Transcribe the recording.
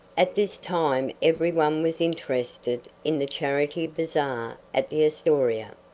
at this time every one was interested in the charity bazaar at the astoria.